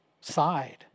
side